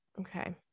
okay